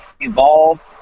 Evolve